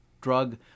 drug